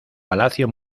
palacio